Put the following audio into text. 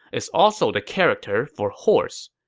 is also the character for horse.